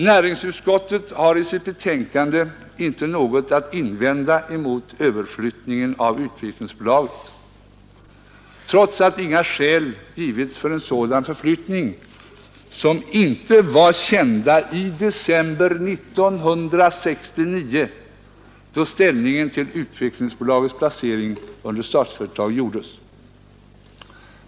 Näringsutskottet har i sitt betänkande inte något att invända emot överflyttningen av Utvecklingsbolaget, trots att inga skäl givits för en sådan förflyttning som inte var kända i december 1969, då riksdagen tog ställning till Utvecklingsbolagets placering under Statsföretag.